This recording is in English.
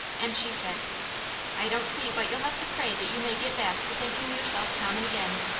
and she said i don't see but you'll have to pray that you may get back to thinking yourself common again.